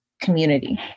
community